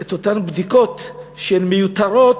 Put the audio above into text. את אותן בדיקות שהן מיותרות,